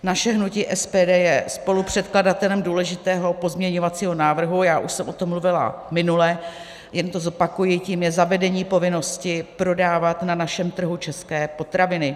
Naše hnutí SPD je spolupředkladatelem důležitého pozměňovacího návrhu já už jsem o tom mluvila minule, jen to zopakuji a tím je zavedení povinnosti prodávat na našem trhu české potraviny.